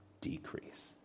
decrease